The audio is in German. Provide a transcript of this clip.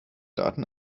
daten